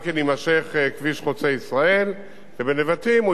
ובנבטים הוא יתחבר לכביש שיגיע מאילת,